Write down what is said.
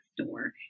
store